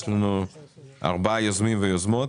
יש לנו ארבעה יוזמים ויוזמות,